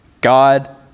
God